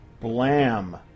Blam